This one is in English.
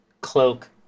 cloak